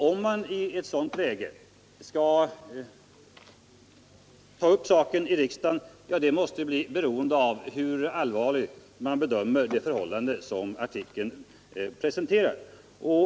Om man i ett sådant läge skall ta upp saken i riksdagen måste bli beroende av hur allvarligt man bedömer det förhållande som artikeln behandlar.